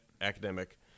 academic